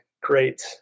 great